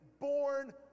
born